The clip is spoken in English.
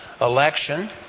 election